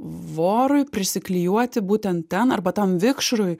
vorui prisiklijuoti būtent ten arba tam vikšrui